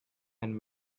and